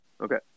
Okay